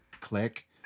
Click